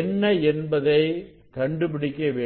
என்ன என்பதை கண்டுபிடிக்க வேண்டும்